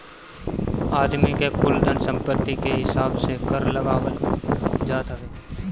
आदमी के कुल धन सम्पत्ति कअ हिसाब से कर लगावल जात हवे